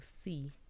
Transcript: see